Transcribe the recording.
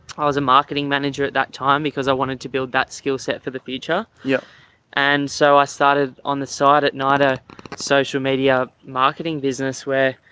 i was a marketing manager at that time because i wanted to build that skillset for the future. yeah and so i started on the side at night a social media marketing business where,